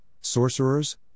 sorcerers